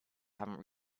haven’t